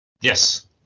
Yes